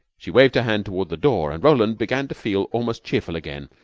she waved her hand toward the door, and roland began to feel almost cheerful again.